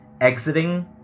exiting